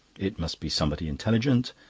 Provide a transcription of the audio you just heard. it must be somebody intelligent,